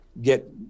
get